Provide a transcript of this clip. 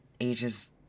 ages